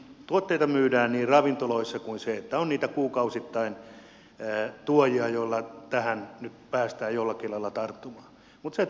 tuotteita myydään ravintoloissa kuin myös se että on niitä kuukausittain tuojia ja tähän nyt päästään jollakin lailla tarttumaan